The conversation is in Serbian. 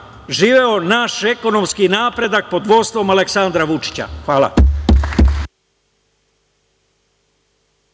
naš ekonomski napredak pod vođstvom Aleksandra Vučića. Hvala.